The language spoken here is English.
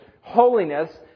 holiness